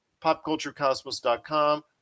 popculturecosmos.com